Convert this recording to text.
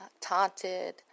taunted